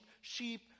Sheep